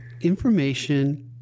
information